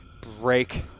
break